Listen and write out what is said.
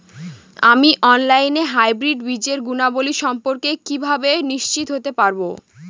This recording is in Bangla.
আমি অনলাইনে হাইব্রিড বীজের গুণাবলী সম্পর্কে কিভাবে নিশ্চিত হতে পারব?